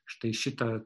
štai šitą